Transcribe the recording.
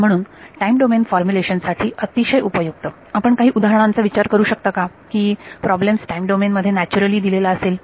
म्हणून time domain formulation साठी अतिशय उपयुक्त आपण काही उदाहरणांचा विचार करू शकता का की प्रॉब्लेम्स टाईम डोमेन मध्ये नॅचरली दिलेला असेल